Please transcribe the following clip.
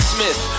Smith